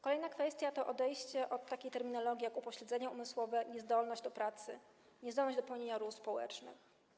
Kolejna kwestia to odejście od takiej terminologii jak: upośledzenie umysłowe, niezdolność do pracy, niezdolność do pełnienia ról społecznych.